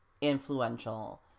influential